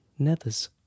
nethers